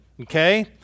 okay